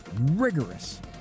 rigorous